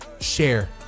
Share